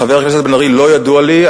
חבר הכנסת בן-ארי, לא ידוע לי.